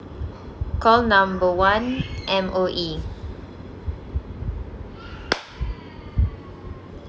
call number one M_O_E